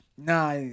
Nah